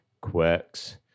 quirks